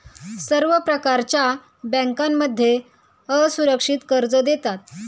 सर्व प्रकारच्या बँकांमध्ये असुरक्षित कर्ज देतात